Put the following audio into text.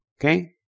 okay